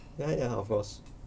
ya ya of course